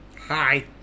Hi